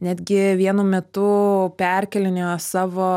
netgi vienu metu perkėlinėjo savo